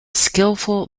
skillful